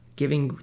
Giving